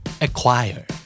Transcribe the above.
Acquire